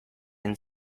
and